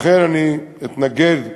לכן, אני אתנגד לבקשה,